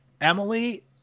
Emily